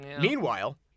Meanwhile